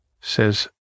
says